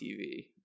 TV